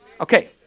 Okay